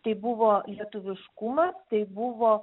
tai buvo lietuviškumas tai buvo